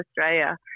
Australia